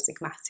Sigmatic